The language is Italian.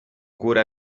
cura